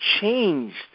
changed